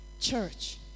Church